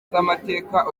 z’amateka